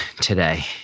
today